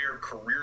career